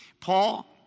Paul